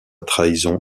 trahison